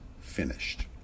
finished